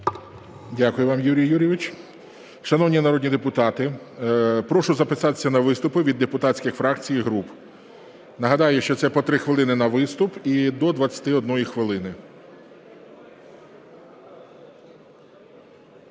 Дякую вам, Юрій Юрійович. Шановні народні депутати, прошу записатися на виступи від депутатських фракцій і груп. Нагадаю, що це по 3 хвилини на виступ – і до 21 хвилини.